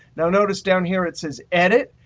notice, down here, it says edit.